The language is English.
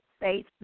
Faith